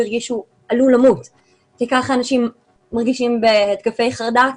הוא הרגיש שהוא עלול למות כי כך אנשים מרגישים בהתקפי חרדה,